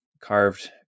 carved